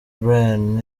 bryan